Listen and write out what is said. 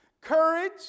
Courage